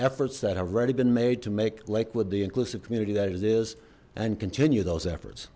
efforts that have already been made to make lakewood the inclusive community that it is and continue those efforts